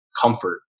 comfort